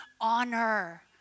honor